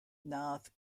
nath